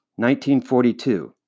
1942